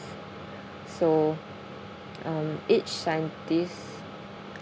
so um each scientist